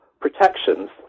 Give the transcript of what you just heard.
protections